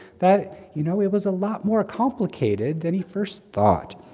that you know, it was a lot more complicated than he first thought,